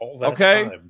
okay